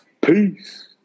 Peace